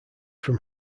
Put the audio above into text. from